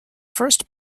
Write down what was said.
first